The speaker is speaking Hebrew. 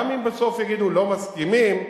גם אם בסוף יגידו: לא מסכימים,